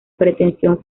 pretensión